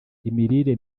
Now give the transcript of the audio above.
imirire